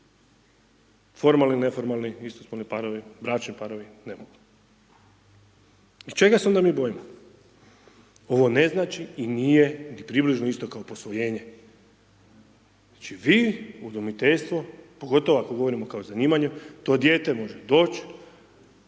formalni, neformalni, isto spolni parovi, bračni parovi, ne mogu. I čega se onda mi bojimo? Ovo ne znači i nije ni približno isto kao posvojenje. Znači, vi udomiteljstvo, pogotovo ako govorimo kao zanimanje, to dijete može doći,